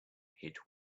hit